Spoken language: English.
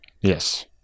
yes